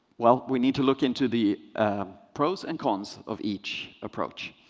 well, we need to look into the pros and cons of each approach.